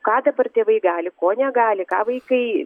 ką dabar tėvai gali ko negali ką vaikai